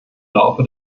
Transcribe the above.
laufe